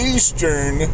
Eastern